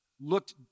looked